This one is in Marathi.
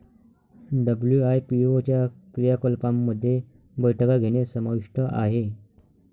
डब्ल्यू.आय.पी.ओ च्या क्रियाकलापांमध्ये बैठका घेणे समाविष्ट आहे